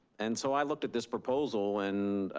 and so i look at this proposal, and,